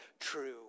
true